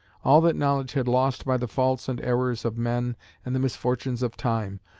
all that knowledge had lost by the faults and errors of men and the misfortunes of time,